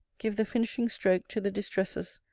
give the finishing stroke to the distresses,